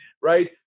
right